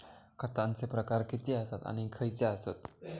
खतांचे प्रकार किती आसत आणि खैचे आसत?